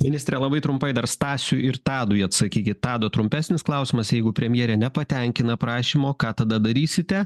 ministre labai trumpai dar stasiui ir tadui atsakykit tado trumpesnis klausimas jeigu premjerė nepatenkina prašymo ką tada darysite